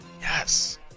yes